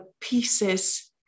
pieces